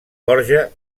borja